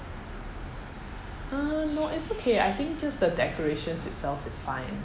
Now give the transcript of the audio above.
err no it's okay I think just the decorations itself is fine